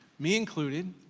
me included,